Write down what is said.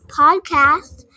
podcast